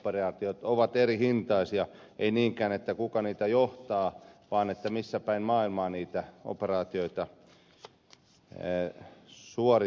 operaatiot ovat erihintaisia se ei niinkään riipu siitä kuka niitä johtaa vaan siitä missä päin maailmaa niitä operaatioita suoritetaan